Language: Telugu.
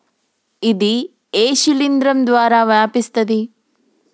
ఇది ఏ శిలింద్రం ద్వారా వ్యాపిస్తది?